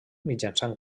mitjançant